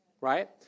right